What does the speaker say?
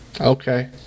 okay